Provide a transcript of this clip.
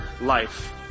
life